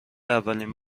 اولین